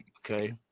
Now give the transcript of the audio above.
Okay